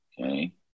okay